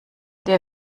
dir